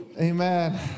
Amen